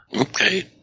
Okay